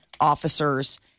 officers